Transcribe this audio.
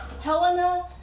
Helena